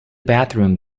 bathroom